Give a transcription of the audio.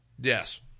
Yes